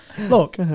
Look